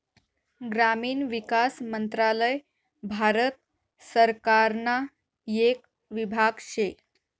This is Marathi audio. ग्रामीण विकास मंत्रालय भारत सरकारना येक विभाग शे